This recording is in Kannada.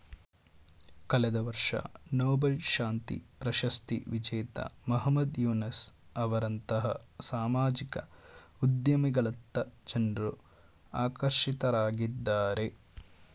ಕಳೆದ ವರ್ಷ ನೊಬೆಲ್ ಶಾಂತಿ ಪ್ರಶಸ್ತಿ ವಿಜೇತ ಮಹಮ್ಮದ್ ಯೂನಸ್ ಅವರಂತಹ ಸಾಮಾಜಿಕ ಉದ್ಯಮಿಗಳತ್ತ ಜನ್ರು ಆಕರ್ಷಿತರಾಗಿದ್ದಾರೆ